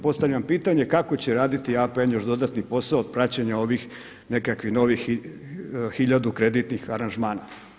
Postavljam pitanje kako će raditi APN još dodatni posao od praćenja ovih nekakvih novih tisuću kreditnih aranžmana.